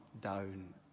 down